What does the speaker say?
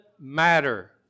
matter